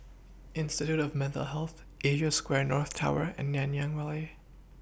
Institute of Mental Health Asia Square North Tower and Nanyang Valley